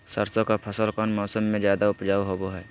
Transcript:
सरसों के फसल कौन मौसम में ज्यादा उपजाऊ होबो हय?